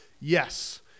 Yes